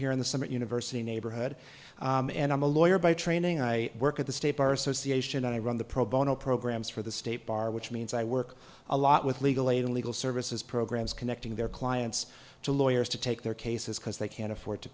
here in the summit university neighborhood and i'm a lawyer by training i work at the state bar association i run the pro bono programs for the state bar which means i work a lot with legal aid and legal services programs connecting their clients to lawyers to take their cases because they can afford to